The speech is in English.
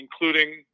including